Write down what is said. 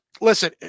listen